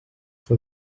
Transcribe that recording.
for